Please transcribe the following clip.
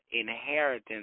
inheritance